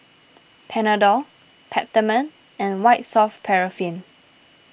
Panadol Peptamen and White Soft Paraffin